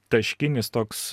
taškinis toks